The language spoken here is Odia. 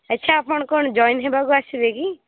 ଆଚ୍ଛା ଆପଣ କ'ଣ ଜଏନ୍ ହେବାକୁ ଆସିବେ କି